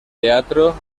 teatro